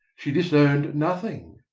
she disowned nothing.